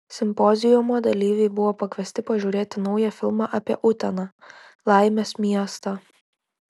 simpoziumo dalyviai buvo pakviesti pažiūrėti naują filmą apie uteną laimės miestą